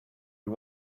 you